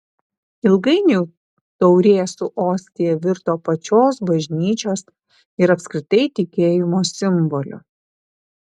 ilgainiui taurė su ostija virto pačios bažnyčios ir apskritai tikėjimo simboliu